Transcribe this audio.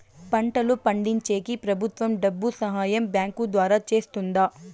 పంటలు పండించేకి ప్రభుత్వం డబ్బు సహాయం బ్యాంకు ద్వారా చేస్తుందా?